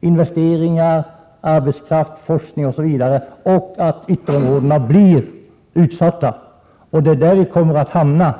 investeringar, arbetskraft, forskning osv. och att ytterområdena blir utsatta. Det är där vi kommer att hamna.